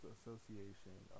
Association